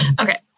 Okay